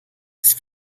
ist